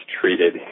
treated